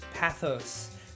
pathos